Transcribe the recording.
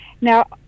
Now